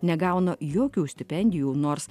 negauna jokių stipendijų nors